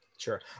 Sure